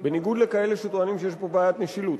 בניגוד לכאלה שטוענים שיש פה בעיית משילות.